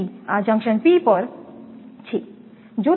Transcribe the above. તેથી આ junction P પર છે